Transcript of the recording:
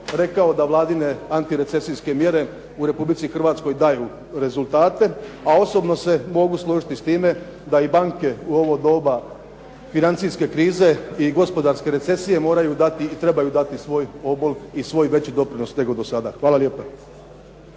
rekao da Vladine antirecesijske mjere u Republici Hrvatskoj daju rezultate a osobno se mogu složiti i s time da i banke u ovo doba financijske krize i gospodarske recesije moraju dati i trebaju dati svoj obol i svoj veći doprinos nego do sada. Hvala lijepa.